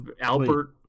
Albert